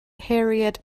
harriet